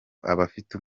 abafite